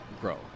grow